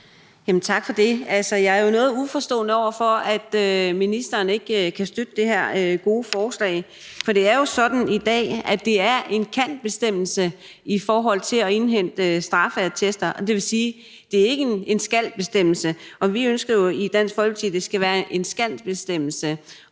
Tak for det. Altså, jeg er jo noget uforstående over for, at ministeren ikke kan støtte det her gode forslag, for det er jo sådan i dag, at der er en »kan«-bestemmelse i forhold til at indhente straffeattester, og det vil sige, at det ikke er en »skal«-bestemmelse. Vi ønsker jo i Dansk Folkeparti, at det skal være en »skal«-bestemmelse,